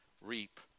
reap